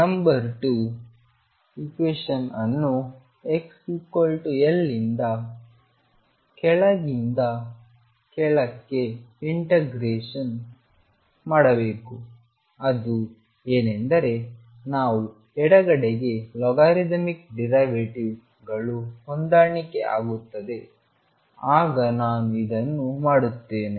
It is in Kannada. ನಂಬರ್ 2 ಇಕ್ವೇಶನ್ ಅನ್ನು xL ಇಂದ ಕೆಳಗಿಂದ ಕೆಳಗೆ ಇಂಟಿಗ್ರೇಟ್ ಮಾಡಬೇಕು ಅದು ಏನೆಂದರೆ ನಾವು ಎಡಗಡೆಗೆ ಲೊಗಾರಿತಮಿಕ್ ಡಿರೈವೇಟಿವ್ಗಳು ಹೊಂದಾಣಿಕೆ ಆಗುತ್ತದೆ ಆಗ ನಾನು ಇದನ್ನು ಮಾಡುತ್ತೇನೆ